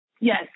Yes